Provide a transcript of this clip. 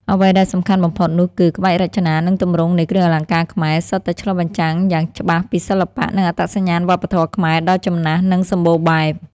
អ្វីដែលសំខាន់បំផុតនោះគឺ ក្បាច់រចនា និងទម្រង់នៃគ្រឿងអលង្ការខ្មែរ សុទ្ធតែឆ្លុះបញ្ចាំងយ៉ាងច្បាស់ពី សិល្បៈ និងអត្តសញ្ញាណវប្បធម៌ខ្មែរដ៏ចំណាស់ និងសម្បូរបែប។